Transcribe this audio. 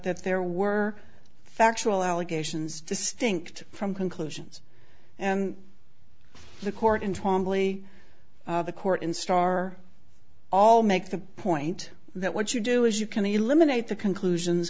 that there were factual allegations distinct from conclusions and the court in twamley the court in star all make the point that what you do is you can eliminate the conclusions